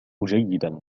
جيدا